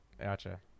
Gotcha